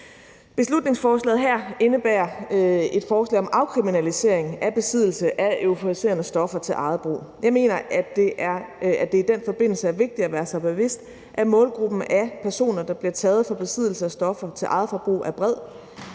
Beslutningsforslaget her indebærer et forslag om afkriminalisering af besiddelse af euforiserende stoffer til eget brug. Jeg mener, at det i den forbindelse er vigtigt at være sig bevidst, at målgruppen af personer, der bliver taget for besiddelse af stoffer til eget forbrug, er bred